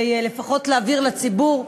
לפחות כדי להבהיר לציבור,